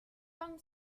comme